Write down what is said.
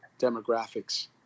demographics